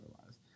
otherwise